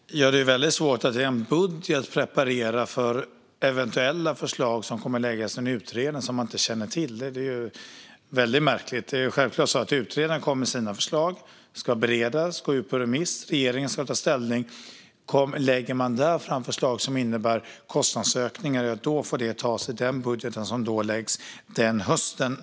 Herr talman! Det är väldigt svårt att i en budget preparera för eventuella förslag som kommer att läggas fram i en utredning som man inte känner till. Det vore väldigt märkligt. Det är självklart så att utredaren kommer med sina förslag, som ska beredas och gå ut på remiss, och sedan ska regeringen ta ställning. Lägger man då fram förslag som innebär kostnadsökningar får det naturligtvis tas i den budget som läggs fram den hösten.